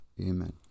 Amen